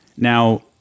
Now